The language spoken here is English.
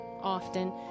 often